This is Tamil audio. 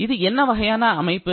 இது என்ன வகையான அமைப்பு